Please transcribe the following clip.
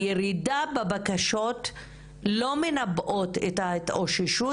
הירידות בבקשות לא מנבאות את ההתאוששות,